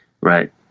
right